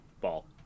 ball